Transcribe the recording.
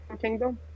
Kingdom